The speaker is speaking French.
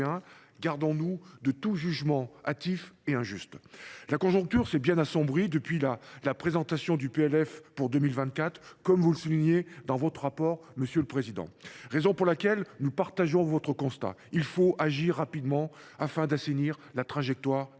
gardons nous de tout jugement hâtif et injuste ! La conjoncture s’est bien assombrie depuis la présentation du projet de loi de finances pour 2024, comme vous le soulignez dans votre rapport, monsieur le Premier président. C’est pourquoi nous partageons votre constat : il faut agir rapidement afin d’assainir la trajectoire